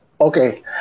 okay